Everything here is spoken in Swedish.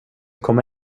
komma